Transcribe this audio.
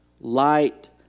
light